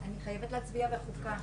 אני חייבת להצביע בחוזקה.